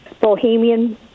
Bohemian